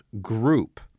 group